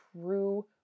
true